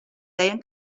deien